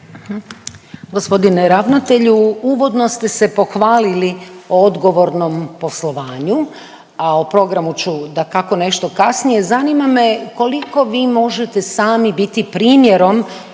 Gospodine ravnatelju, uvodno ste se pohvalili o odgovornom poslovanju, a o programu ću dakako nešto kasnije. Zanima me koliko vi možete sami biti primjerom